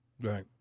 Right